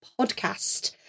PODCAST